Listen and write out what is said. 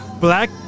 black